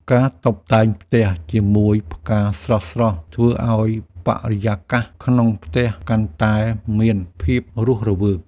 ការតុបតែងផ្ទះជាមួយផ្កាស្រស់ៗ ធ្វើឱ្យបរិយាកាសក្នុងផ្ទះកាន់តែមានភាពរស់រវើក។